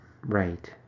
Right